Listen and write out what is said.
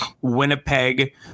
Winnipeg